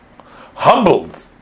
humbled